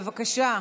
בבקשה.